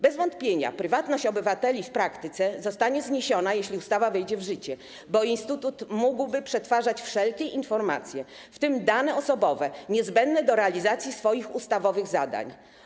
Bez wątpienia prywatność obywateli w praktyce zostanie zniesiona, jeśli ustawa wejdzie w życie, bo instytut mógłby przetwarzać wszelkie informacje, w tym dane osobowe, niezbędne do realizacji swoich ustawowych zadań.